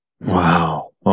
Wow